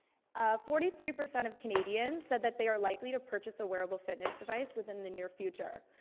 forty three percent of canadians said that they are likely to purchase a wearable fitness device within the near future.